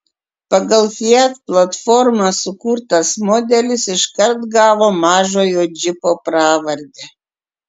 pagal fiat platformą sukurtas modelis iškart gavo mažojo džipo pravardę